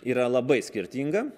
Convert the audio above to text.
yra labai skirtinga